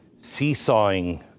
seesawing